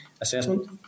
assessment